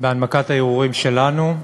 בהנמקת הערעורים שלנו.